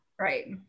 Right